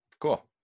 Cool